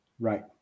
Right